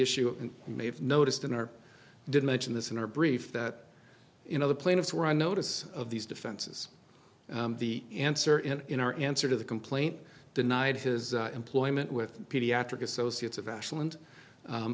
issue may have noticed in our did mention this in our brief that you know the plaintiffs were on notice of these defenses the answer is in our answer to the complaint denied his employment with pediatric associates of ashland